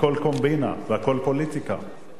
הכול קומבינה והכול פוליטיקה.